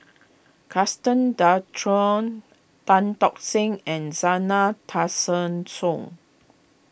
Gaston Dutro Tan Tock Seng and Zena Tessensohn